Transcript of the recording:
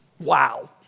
wow